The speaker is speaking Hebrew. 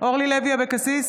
אורלי לוי אבקסיס,